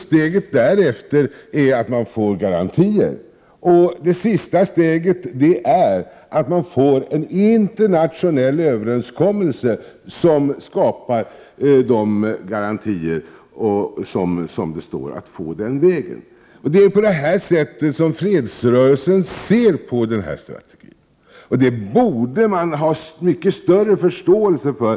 Steget därefter är att man får garantier, och det slutliga steget är att man får tillstånd en internationell överenskommelse som skapar de garantier som går att få den vägen. Det är på det här sättet som fredsrörelsen ser på denna strategi, vilket man borde ha mycket större förståelse för.